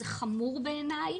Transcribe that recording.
זה חמור בעיניי.